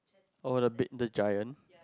oh the big the giant